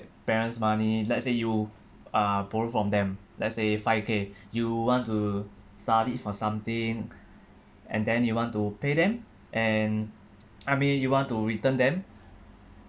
parents' money let's say you uh borrow from them let's say five K you want to study for something and then you want to pay them and I mean you want to return them